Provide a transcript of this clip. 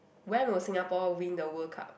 when will Singapore win the World-Cup